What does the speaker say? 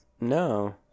no